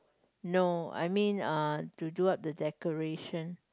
no I mean uh to do up the decoration